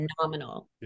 phenomenal